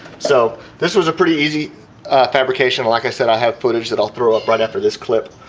so, this was a pretty easy fabrication like i said, i have footage that i'll throw up right after this clip